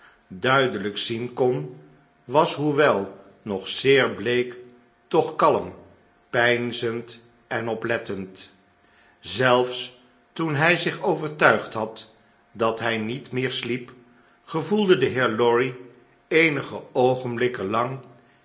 duidelijk zien kon was hoewel nog zeer bleek toch kalm peinzend en oplettend zelfs toen hy zich overtuigd had dat hy niet meer sliep gevoelde de heer lorry eenige oogenblikken lang